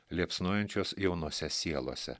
liepsnojančios jaunose sielose